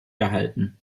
gehalten